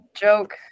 joke